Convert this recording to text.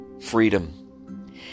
freedom